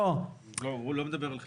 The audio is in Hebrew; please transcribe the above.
הוא לא מדבר על חילוט.